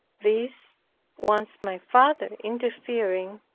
this once my father interfering,